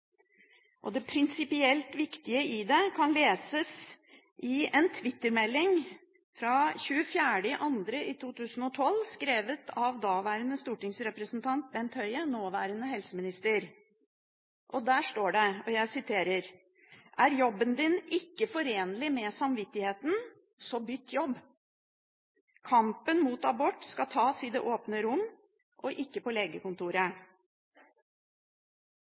Det prinsipielt viktige i det kan leses i en Twitter-melding fra 24. februar 2012, skrevet av daværende stortingsrepresentant Bent Høie, nåværende helseminister. Der står det, og jeg siterer: «Er jobben din ikke er forenelig med samvittigheten, så bytt jobb. Kampen mot abort kan tas i det åpne rom, ikke på legekontoret.»